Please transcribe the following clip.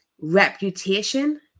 reputation